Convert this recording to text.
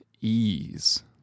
ease